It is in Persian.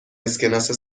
اسکناس